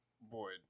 Boyd